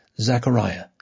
Zachariah